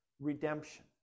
redemption